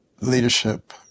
leadership